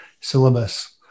syllabus